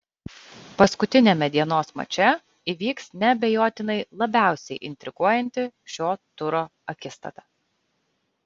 paskutiniame dienos mače įvyks neabejotinai labiausiai intriguojanti šio turo akistata